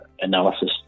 analysis